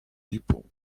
people